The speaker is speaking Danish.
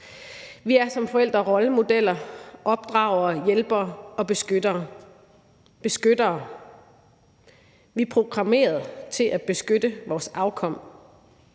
Vi er som forældre rollemodeller, opdragere, hjælpere og beskyttere. Vi er programmeret til at beskytte vores afkom.